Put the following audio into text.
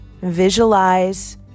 Visualize